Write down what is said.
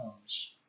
comes